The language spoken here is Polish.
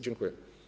Dziękuję.